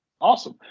awesome